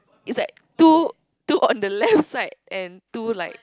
it's like two two on the left side and two like